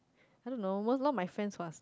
I don't know not not what friends what